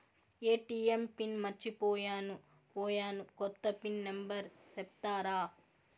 ATM pin మర్చిపోయాను పోయాను, కొత్త పిన్ నెంబర్ సెప్తారా?